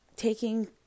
taking